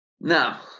Now